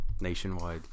nationwide